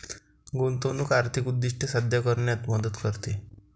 गुंतवणूक आर्थिक उद्दिष्टे साध्य करण्यात मदत करते